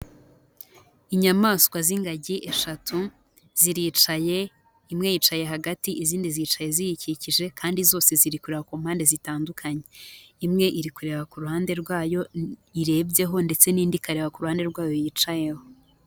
Inyamaswa z'ingagi eshatu ziricaye, imwe yicaye hagati, izindi zicaye ziyikikije kandi zose zirikura ku mpande zitandukanye, imwe iri kureba kuru ruhande rwayo irebyeho ndetse n'indi ikareba ku ruhande rwayo yicayeho.